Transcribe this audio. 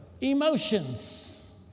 Emotions